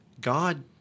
God